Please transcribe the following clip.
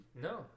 no